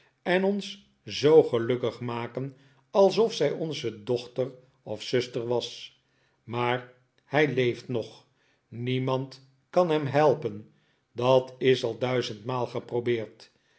en ons zoo gelukkig maken alsof zij onze dochter of zuster was maar hij leeft nog niemand kan hem helpen dat is al duizendmaal geprobeerd